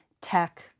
tech